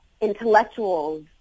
intellectuals